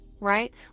right